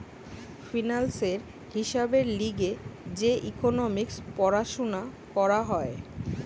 ফিন্যান্সের হিসাবের লিগে যে ইকোনোমিক্স পড়াশুনা করা হয়